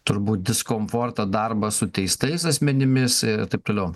turbūt diskomfortą darbas su teistais asmenimis ir taip toliau